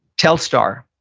telstar.